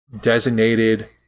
designated